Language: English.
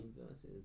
versus